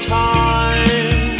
time